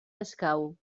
escau